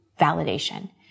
validation